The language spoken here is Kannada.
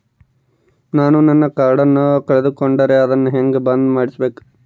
ನಾನು ನನ್ನ ಕಾರ್ಡನ್ನ ಕಳೆದುಕೊಂಡರೆ ಅದನ್ನ ಹೆಂಗ ಬಂದ್ ಮಾಡಿಸಬೇಕು?